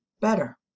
better